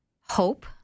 Hope